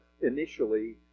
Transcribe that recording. initially